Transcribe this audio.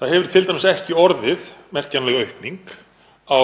Það hefur t.d. ekki orðið merkjanleg aukning á